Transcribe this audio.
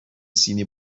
سینی